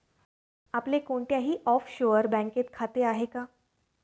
आपले कोणत्याही ऑफशोअर बँकेत खाते आहे का?